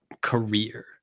career